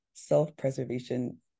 self-preservation